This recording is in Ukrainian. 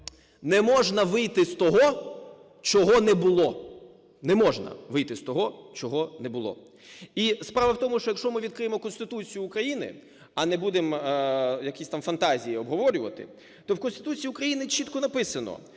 не можна вийти з того, чого не було. Не можна вийти з того, чого не було. І справа в тому, що, якщо ми відкриємо Конституцію України, а не будемо якісь там фантазії обговорювати, то в Конституції України чітко написано: